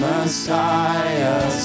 Messiah